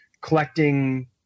collecting